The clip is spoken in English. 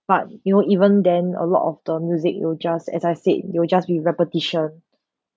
but you know even then a lot of the music will just as I said will just be repetition